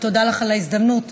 ותודה לך על ההזדמנות